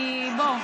כי בוא.